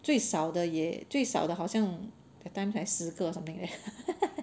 最少的也最少的好像 that time 才十个 or something leh